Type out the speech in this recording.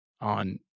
on